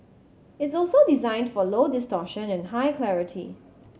it's also designed for low distortion and high clarity